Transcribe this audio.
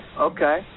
okay